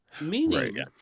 Meaning